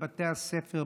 בבתי הספר,